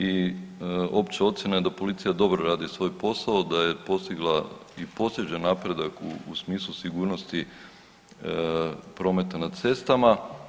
I opća ocjena je da policija dobro radi svoj posao, da je postigla i postiže napredak u smislu sigurnosti prometa na cestama.